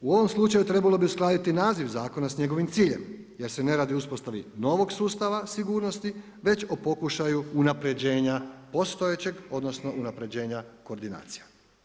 U ovom slučaju trebalo bi uskladiti naziv zakona s njegovim ciljem, jer se ne radi o uspostavi novog sustava sigurnosti, već o pokušaju unaprijeđena postojećeg, odnosno, unaprjeđenja koordinacija.